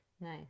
Nice